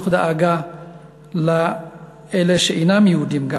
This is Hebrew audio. תוך דאגה לאלה שאינם יהודים,